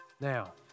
now